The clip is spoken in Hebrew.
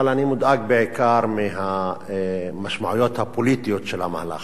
אבל אני מודאג בעיקר מהמשמעויות הפוליטיות של המהלך.